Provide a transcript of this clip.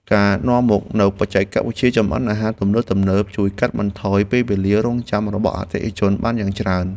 ការនាំមកនូវបច្ចេកវិទ្យាចម្អិនអាហារទំនើបៗ ជួយកាត់បន្ថយពេលវេលារង់ចាំរបស់អតិថិជនបានយ៉ាងច្រើន។